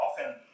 often